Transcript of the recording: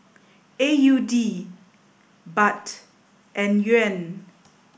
A U D Baht and Yuan